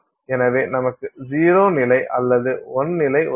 எனவே நமக்கு 0 நிலை அல்லது 1 நிலை உள்ளது